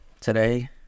Today